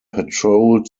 patrolled